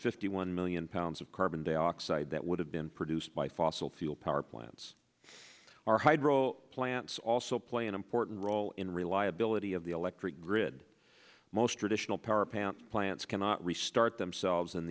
fifty one million pounds of carbon dioxide that would have been produced by fossil fuel power plants are hydro plants also play an important role in reliability of the electric grid most traditional power plant plants cannot restart themselves in